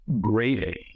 great